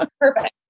Perfect